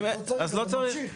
אז לא צריך.